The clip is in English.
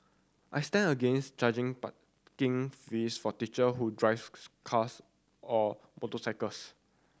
I stand against charging parking fees for teacher who drives cars or motorcycles